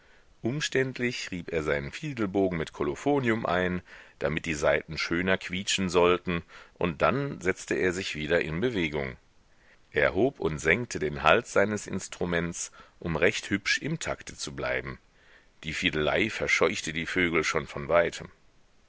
umständlich rieb er seinen fiedelbogen mit kolophonium ein damit die saiten schöner quietschen sollten und dann setzte er sich wieder in bewegung er hob und senkte den hals seines instruments um recht hübsch im takte zu bleiben die fidelei verscheuchte die vögel schon von weitem